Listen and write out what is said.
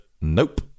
nope